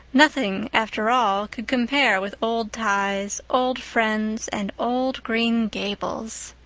nothing, after all, could compare with old ties, old friends, and old green gables!